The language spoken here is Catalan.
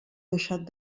deixat